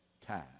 time